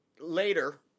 later